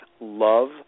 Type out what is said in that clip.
love